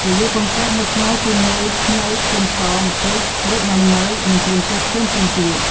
គេយកកង្កែបមកស្ងោរជាមួយ ខ្ញី ខ្ទឹមស ម្ទេស ក្រូចងាំងូវ និងគ្រឿងទេសផ្សេងៗទៀត។